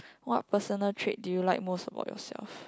what personal trait do you like most about yourself